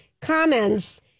comments